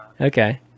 Okay